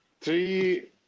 three